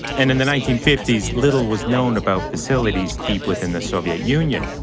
and in the nineteen fifty s, little was known about facilities deep within the soviet union.